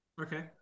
Okay